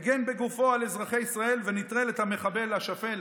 הגן בגופו על אזרחי ישראל ונטרל את המחבל השפל